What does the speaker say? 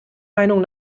meinung